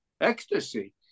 ecstasy